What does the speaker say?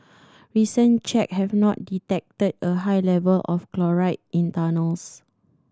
recent check have not detected a high level of chloride in tunnels